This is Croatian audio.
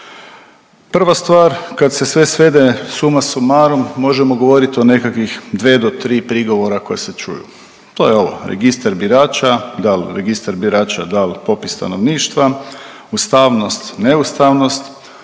Prva stvar kad se sve svede suma sumarum možemo govoriti o nekakvih dve do tri prigovora koja se čuju. To je ovo registar birača, dal' registar birača, dal' popis stanovništva, ustavnost, neustavnost.